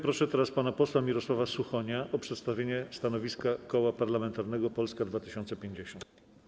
Proszę teraz pana posła Mirosława Suchonia o przedstawienie stanowiska Koła Parlamentarnego Polska 2050.